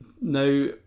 now